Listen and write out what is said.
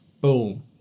Boom